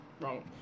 wrong